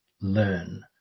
learn